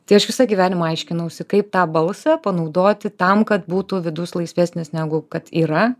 tai aš visą gyvenimą aiškinausi kaip tą balsą panaudoti tam kad būtų vidus laisvesnis negu kad yra